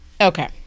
Okay